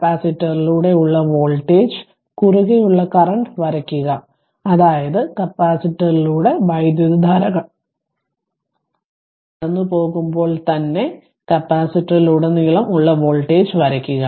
കപ്പാസിറ്ററിലൂടെ ഉള്ള വോൾട്ടേജ് കുറുകെ ഉള്ള കറന്റ് വരയ്ക്കുക അതായത് കപ്പാസിറ്ററിലൂടെ വൈദ്യുതധാര കടന്നുപോകുമ്പോൾ തന്നെ കപ്പാസിറ്ററിലുടനീളം ഉള്ള വോൾട്ടേജ് വരയ്ക്കുക